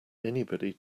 anybody